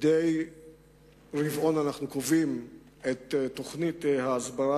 מדי רבעון אנחנו קובעים תוכנית הסברה